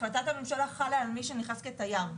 החלטת הממשלה חלה על מי שנכנס כתייר.